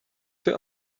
für